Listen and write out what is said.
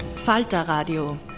Falter-Radio